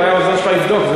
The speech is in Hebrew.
אם אפשר היה לבדוק.